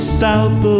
south